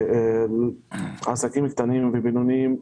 עסקים קטנים ובינוניים,